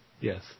Yes